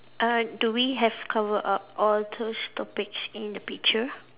uh do we have cover up all those topics in the picture